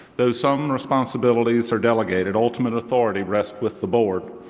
though some responsibilities are delegated, ultimate authority rests with the board.